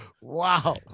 Wow